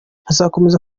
hazakomeza